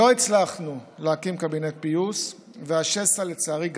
לא הצלחנו להקים קבינט פיוס, והשסע לצערי גדל.